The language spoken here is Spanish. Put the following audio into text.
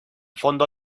fondo